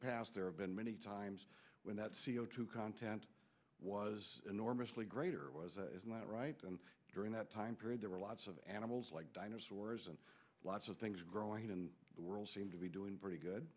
there have been many times when that c o two content was enormously greater was that right and during that time period there were lots of animals like dinosaurs and lots of things growing in the world seem to be doing pretty good